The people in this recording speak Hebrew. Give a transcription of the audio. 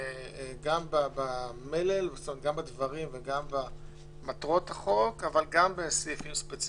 גם במלל וגם במטרות החוק אבל גם בסעיפים ספציפיים.